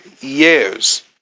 years